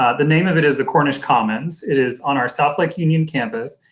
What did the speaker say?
ah the name of it is the cornish commons, it is on our south lake union campus,